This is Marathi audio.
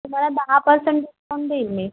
तुम्हाला दहा पर्सेंट डिस्काउंट देईन मी